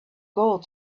gold